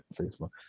facebook